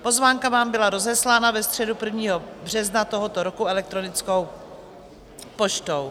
Pozvánka vám byla rozeslána ve středu 1. března tohoto roku elektronickou poštou.